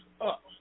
up